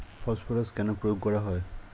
Phosphorus কেন প্রয়োগ করা হয়?